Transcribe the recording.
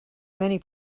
many